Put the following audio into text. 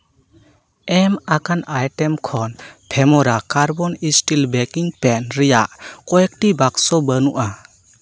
ᱮᱢ ᱟᱠᱟᱱ ᱟᱭᱴᱮᱢ ᱠᱷᱚᱱ ᱯᱷᱮᱢᱳᱨᱟ ᱠᱟᱨᱵᱚᱱ ᱥᱴᱤᱞ ᱵᱮᱠᱤᱝ ᱯᱮᱱ ᱨᱮᱭᱟᱜ ᱠᱚᱭᱮᱠᱴᱤ ᱵᱟᱠᱥᱚ ᱵᱟᱹᱱᱩᱜᱼᱟ